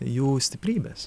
jų stiprybes